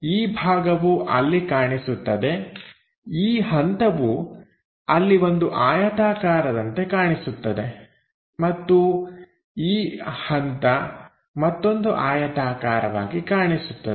ಈ ಭಾಗವು ಅಲ್ಲಿ ಕಾಣಿಸುತ್ತದೆ ಈ ಹಂತವು ಅಲ್ಲಿ ಒಂದು ಆಯತಾಕಾರದಂತೆ ಕಾಣಿಸುತ್ತದೆ ಮತ್ತು ಈ ಹಂತ ಮತ್ತೊಂದು ಆಯತಾಕಾರವಾಗಿ ಕಾಣಿಸುತ್ತದೆ